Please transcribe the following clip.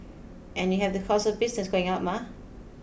and you have the costs of business going up mah